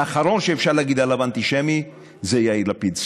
האחרון שאפשר להגיד עליו "אנטישמי" הוא יאיר לפיד.